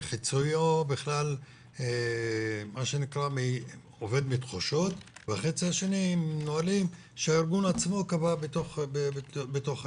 חציו בכלל עובד מתחושות והחצי השני מנהלים שהארגון עצמו קבע בתוכו.